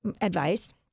advice